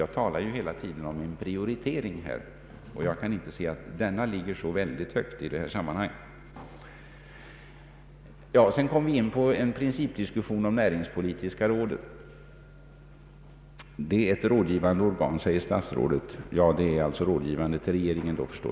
Jag talar hela tiden om en prioritering, och jag kan inte se att det är fråga om så hög prioritet i detta sammanhang. Sedan kom vi in på en principdiskussion om näringspolitiska rådet. Det är ett rådgivande organ, säger statsrådet, och jag förstår att det då är rådgivande till regeringen.